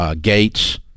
gates